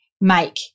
make